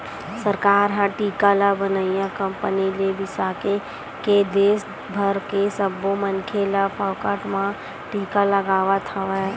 सरकार ह टीका ल बनइया कंपनी ले बिसाके के देस भर के सब्बो मनखे ल फोकट म टीका लगवावत हवय